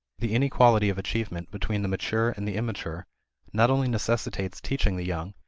the inequality of achievement between the mature and the immature not only necessitates teaching the young,